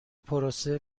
پروسه